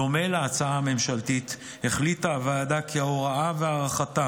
בדומה להצעה הממשלתית החליטה הוועדה כי ההוראה והארכתה